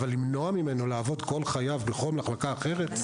אבל למנוע ממנו לעבוד כל חייו בכל מחלקה אחרת?